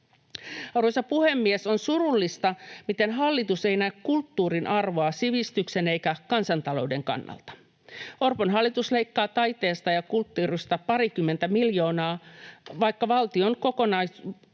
Arvoisa puhemies! On surullista, miten hallitus ei näe kulttuurin arvoa sivistyksen eikä kansantalouden kannalta. Orpon hallitus leikkaa taiteesta ja kulttuurista parikymmentä miljoonaa, vaikka valtion budjetin